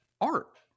Art